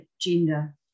gender